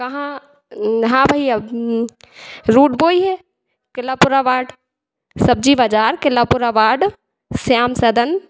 कहाँ हाँ भैया रूट वो ही है क़िलापुरा वार्ड सब्ज़ी बाज़ार क़िलापुरा वार्ड श्याम सदन